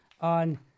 on